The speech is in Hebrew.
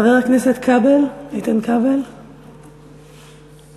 חבר הכנסת איתן כבל, בבקשה.